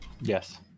Yes